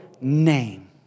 name